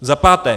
Za páté.